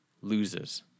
loses